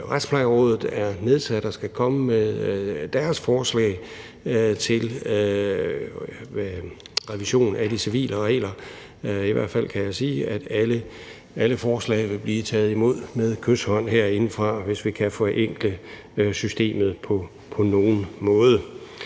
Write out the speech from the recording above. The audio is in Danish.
Retsplejerådet er nedsat og skal komme med deres forslag til revision af de civile regler. I hvert fald kan jeg sige, at alle forslag vil blive taget imod med kyshånd herindefra, hvis vi kan forenkle systemet på nogen måde.